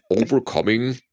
Overcoming